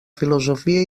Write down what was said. filosofia